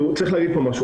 צריך להגיד משהו,